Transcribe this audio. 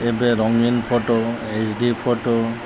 ଏବେ ରଙ୍ଗୀନ photo H D photo